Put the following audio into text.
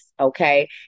okay